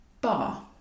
Bar